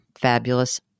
Fabulous